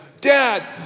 Dad